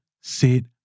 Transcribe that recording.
sit